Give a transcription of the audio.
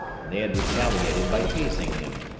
and they had retaliated by teasing him.